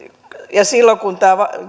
silloin kun